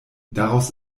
daraus